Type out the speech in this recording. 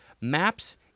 Maps